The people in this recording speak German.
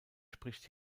spricht